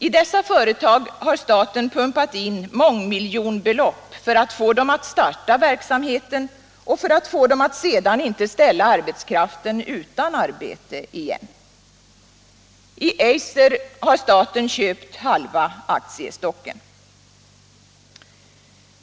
I dessa företag har staten pumpat in mångmiljonbelopp för att få dem att starta verksamheten och för att få dem att sedan inte ställa arbetskraften utan arbete igen. I Eiser har staten köpt halva aktiestocken.